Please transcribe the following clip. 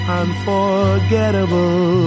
unforgettable